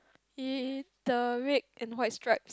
he the red and white stripe